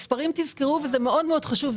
תזכרו זה מאוד מאוד חשוב,